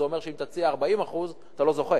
זה אומר שאם תציע 40% אתה לא זוכה.